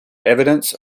evidence